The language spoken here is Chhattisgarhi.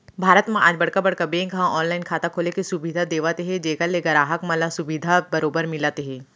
भारत म आज बड़का बड़का बेंक ह ऑनलाइन खाता खोले के सुबिधा देवत हे जेखर ले गराहक मन ल सुबिधा बरोबर मिलत हे